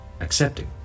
accepting